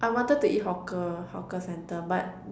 I wanted to eat hawker hawker centre but